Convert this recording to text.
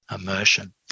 immersion